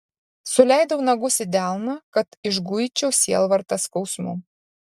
suleidau nagus į delną kad išguičiau sielvartą skausmu